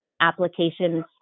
applications